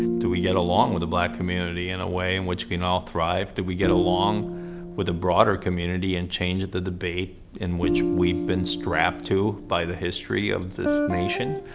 do we get along with the black community in a way in which we can all thrive? do we get along with the broader community and change the debate in which we've been strapped to by the history of this nation?